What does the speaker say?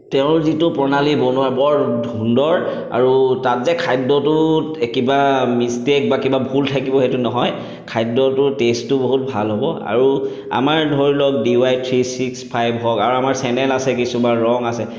তেওঁৰ যিটো প্ৰণালী বনোৱা বৰ সুন্দৰ আৰু তাত যে খাদ্যটোত এই কিবা মিচটেক বা কিবা ভুল থাকিব সেইটো নহয় খাদ্যটোৰ টে'ষ্টটো বহুত ভাল হ'ব আৰু আমাৰ ধৰি লওক D Y three six five হওক আৰু আমাৰ চেনেল আছে কিছুমান ৰং আছে